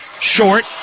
Short